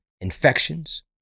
infections